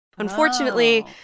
Unfortunately